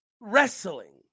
Wrestling